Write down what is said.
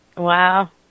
Wow